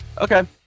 Okay